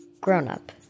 grown-up